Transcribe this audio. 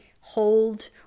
hold